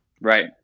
Right